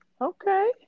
Okay